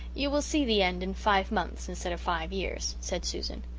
you will see the end in five months instead of five years, said susan.